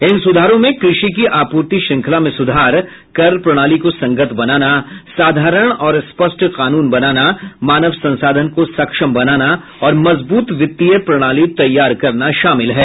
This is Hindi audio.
इन सुधारों में कृषि की आपूर्ति श्रेखंला में सुधार कर प्रणाली को संगत बनाना साधारण और स्पष्ट कानून बनाना मानव संसाधन को सक्षम बनाना और मजबूत वित्तीय प्रणाली तैयार करना शामिल है